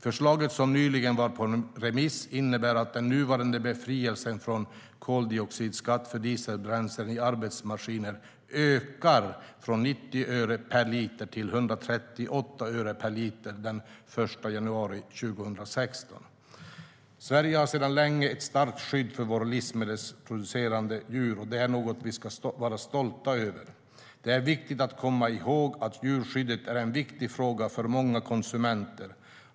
Förslaget, som nyligen har varit på remiss, innebär att den nuvarande befrielsen från koldioxidskatt för dieselbränsle i arbetsmaskiner ökar från 90 öre per liter till 138 öre per liter den 1 januari 2016. Sverige har sedan länge ett starkt skydd för våra livsmedelsproducerande djur, och det är något vi ska vara stolta över. Det är viktigt att komma ihåg att djurskyddet är en viktig fråga för många konsumenter.